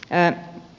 puhemies